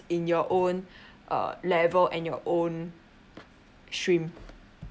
in your own uh level and your own stream